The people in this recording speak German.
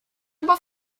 aber